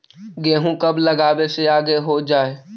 गेहूं कब लगावे से आगे हो जाई?